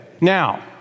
Now